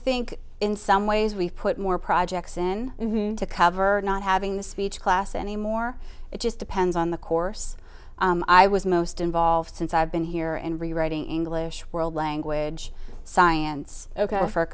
think in some ways we've put more projects in to cover not having the speech class anymore it just depends on the course i was most involved since i've been here and rewriting english world language science ok for